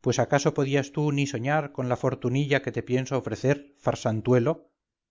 pues acaso podías tú ni soñar con la fortunilla que te pienso ofrecer farsantuelo